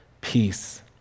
peace